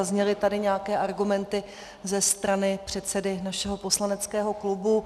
Zazněly tady nějaké argumenty ze strany předsedy našeho poslaneckého klubu.